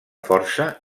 força